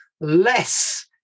less